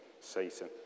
Satan